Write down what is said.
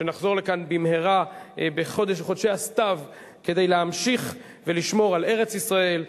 שנחזור לכאן במהרה בחודשי הסתיו כדי להמשיך ולשמור על ארץ-ישראל,